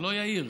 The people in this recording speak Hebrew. לא יהיר.